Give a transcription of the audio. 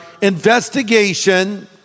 investigation